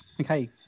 Okay